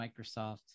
Microsoft –